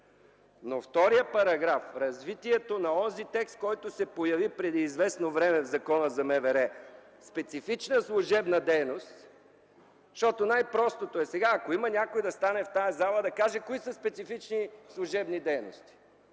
Вторият параграф – развитието на онзи текст, който се появи преди известно време в Закона за МВР – специфична служебна дейност. Най-простото е сега, ако има някой да стане в тази зала и да каже кои са специфични служебни дейности.